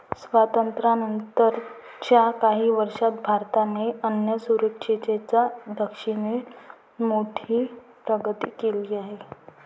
स्वातंत्र्यानंतर च्या काही वर्षांत भारताने अन्नसुरक्षेच्या दिशेने मोठी प्रगती केली आहे